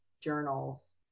journals